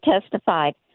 testified